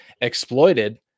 exploited